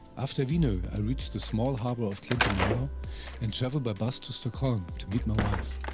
after vino, i reach the small harbor of klintemala and travel by bus to stockholm to meet my wife.